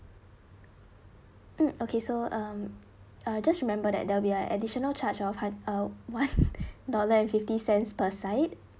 mm okay so um uh just remember that there will be an additional charge of hun~ uh one dollar and fifty cents per side